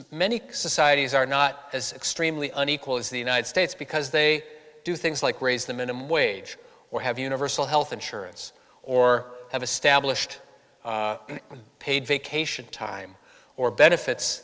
many societies are not as extremely unequal as the united states because they do things like raise the minimum wage or have universal health insurance or have established paid vacation time or benefits